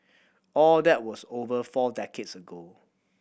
all that was over four decades ago